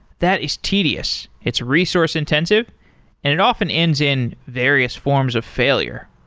that is tedious. it's resource-intensive and it often ends in various forms of failure.